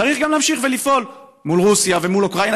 צריך גם להמשיך ולפעול מול רוסיה ומול אוקראינה